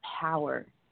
power